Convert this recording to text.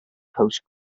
post